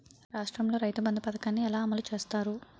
రాష్ట్రంలో రైతుబంధు పథకాన్ని ఎలా అమలు చేస్తారు?